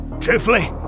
Truthfully